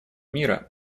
мира